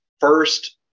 First